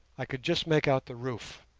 i could just make out the roof.